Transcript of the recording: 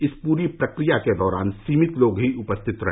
इस पूरी प्रक्रिया के दौरान सीमित लोग ही उपस्थित रहे